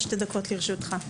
בבקשה.